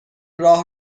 راه